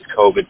COVID